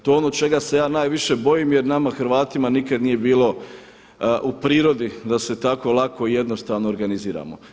To je ono čega se ja najviše bojim jer nama Hrvatima nikad nije bilo u prirodi da se tako lako i jednostavno organiziramo.